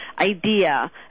idea